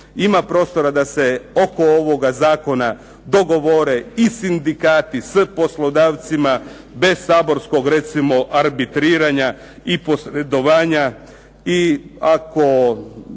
Ima prostora da se oko ovoga zakona dogovore i sindikati s poslodavcima bez saborskog recimo arbitriranja i posredovanja. I ako